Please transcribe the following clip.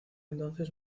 entonces